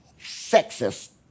sexist